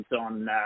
on